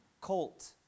colt